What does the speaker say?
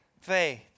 Faith